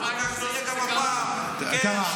ההטבה זה חסם.